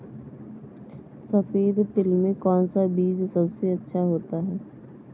सफेद तिल में कौन सा बीज सबसे अच्छा होता है?